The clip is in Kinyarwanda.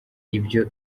ibyo